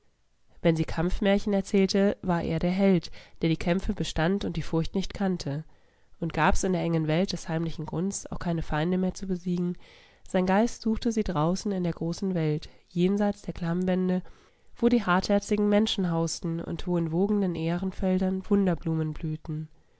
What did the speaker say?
wenn sie kampfmärchen erzählte war er der held der die kämpfe bestand und die furcht nicht kannte und gab's in der engen welt des heimlichen grunds auch keine feinde mehr zu besiegen sein geist suchte sie draußen in der großen welt jenseits der klammwände wo die hartherzigen menschen hausten und wo in wogenden ährenfeldern wunderblumen blühten